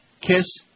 Kiss